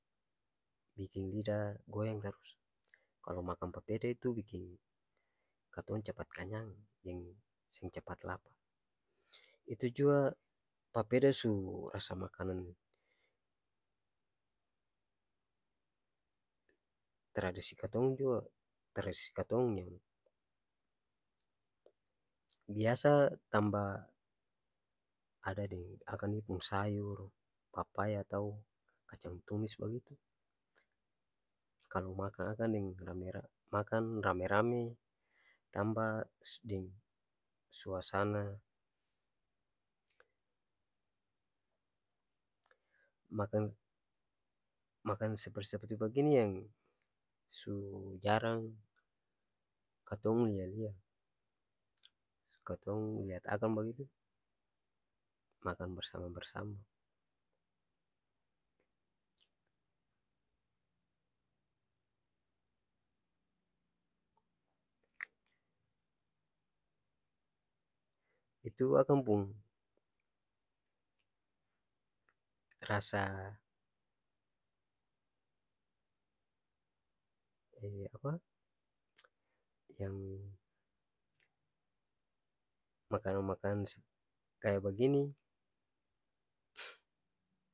Biking lida goyang tarus kalo makang papeda itu biking katong capat kanyang deng seng capat lapar itu jua papeda su rasa makanan tradisi katong jua tradisi katong yang biasa tamba ada deng akang pung sayur papaya atau kacang tumis bagitu kalo makang akang deng rame ra makan rame-rame tamba su deng suasana makang makan seperti-seperti begini yang su jarang katong lia-lia katong liat akang bagitu makan bersama-bersama itu akang pung ras makanang-makan kaya bagini